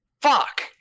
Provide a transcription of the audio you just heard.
Fuck